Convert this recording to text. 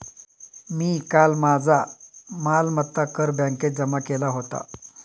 मी काल माझा मालमत्ता कर बँकेत जमा केला होता